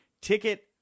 ticket